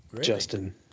Justin